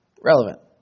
relevant